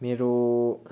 मेरो